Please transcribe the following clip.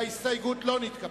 שההסתייגות לא נתקבלה.